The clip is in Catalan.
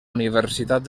universitat